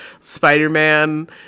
Spider-Man